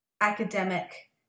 academic